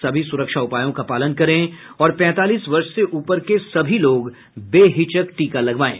सभी सुरक्षा उपायों का पालन करें और पैंतालीस वर्ष से ऊपर के सभी लोग बेहिचक टीका लगवाएं